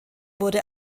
wurde